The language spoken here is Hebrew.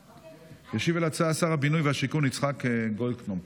ישיב על ההצעה שר הבינוי והשיכון יצחק גולדקנופ.